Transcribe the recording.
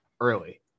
early